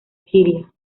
siria